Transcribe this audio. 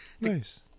nice